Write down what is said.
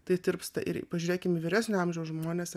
tai tirpsta ir pažiūrėkim vyresnio amžiaus žmonėse